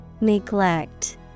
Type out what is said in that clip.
Neglect